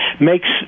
makes